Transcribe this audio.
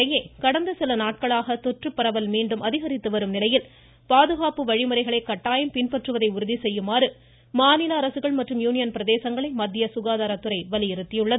இதனிடையே கடந்த சில நாட்களாக தொற்றுப் பரவல் மீண்டும் அதிகரித்து வரும் பாதுகாப்பு வழிமுறைகளை அனைவரும் கட்டாயம் பின்பற்றுவதை உறுதிசெய்யுமாறு மாநில அரசுகள் மற்றும் யூனியன் பிரதேசங்களை மத்திய சுகாதாரத்துறை வலியுறுத்தியுள்ளது